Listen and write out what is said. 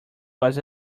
was